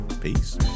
peace